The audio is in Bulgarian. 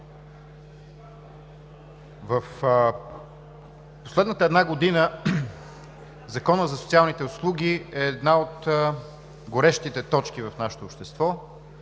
в последната една година Законът за социалните услуги е една от горещите точки в нашето общество,